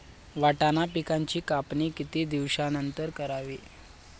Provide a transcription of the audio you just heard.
वाटाणा पिकांची कापणी किती दिवसानंतर करावी?